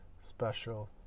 special